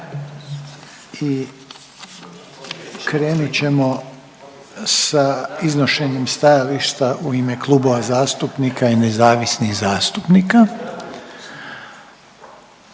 i krenut ćemo sa iznošenjem stajališta u ime klubova zastupnika i nezavisnih zastupnika.